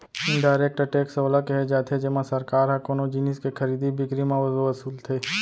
indirect tax ओला केहे जाथे जेमा सरकार ह कोनो जिनिस के खरीदी बिकरी म वसूलथे